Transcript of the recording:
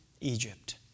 Egypt